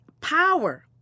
power